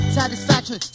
satisfaction